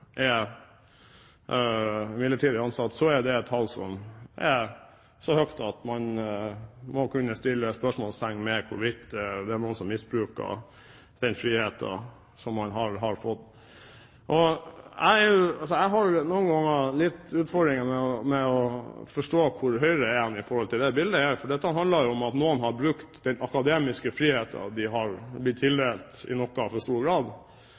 er midlertidig ansatt, er det et tall som er så høyt at man må kunne sette spørsmålstegn ved hvorvidt det er noen som misbruker den friheten som man har fått. Jeg har noen utfordringer når det gjelder å forstå hvor Høyre er i dette bildet, for dette handler om at noen har brukt den akademiske friheten de har blitt tildelt, i noe for stor grad.